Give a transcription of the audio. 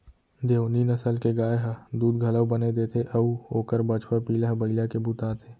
देओनी नसल के गाय ह दूद घलौ बने देथे अउ ओकर बछवा पिला ह बइला के बूता आथे